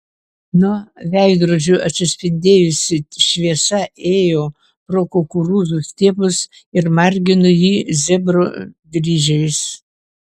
nuo veidrodžių atsispindėjusi šviesa ėjo pro kukurūzų stiebus ir margino jį zebro dryžiais